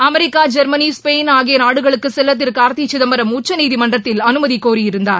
America Germany Spain ஆகிய நாடுகளுக்கு செல்லதிரு கார்த்தி சிதம்பரம் உச்சநீதிமன்றத்தில் அனுமதி கோரி இருந்தார்